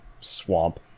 swamp